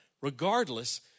regardless